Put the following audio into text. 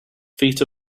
feet